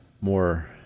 more